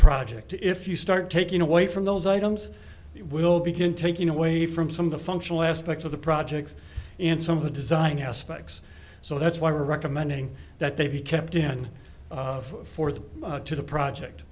project if you start taking away from those items it will begin taking away from some of the functional aspects of the project and some of the design aspects so that's why we are recommending that they be kept in forth to the project